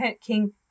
King